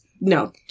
No